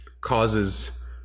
causes